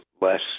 less